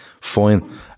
fine